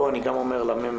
פה אני גם אומר לממ"מ,